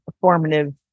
formative